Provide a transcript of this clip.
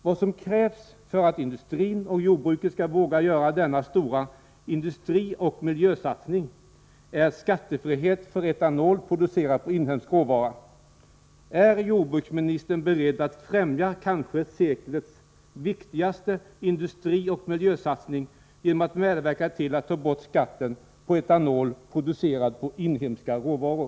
Vad som krävs för att industrin och jordbruket skall våga göra denna stora industrioch miljösatsning är skattefrihet för etanol, producerad på inhemsk råvara. Är jordbruksministern beredd att främja seklets kanske viktigaste industrioch miljösatsning genom att medverka till att ta bort skatten på etanol producerad på inhemska råvaror?